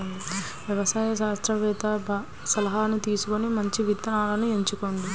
వ్యవసాయ శాస్త్రవేత్తల సలాహాను తీసుకొని మంచి విత్తనాలను ఎంచుకోండి